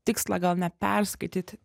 tikslą gal ne perskaityti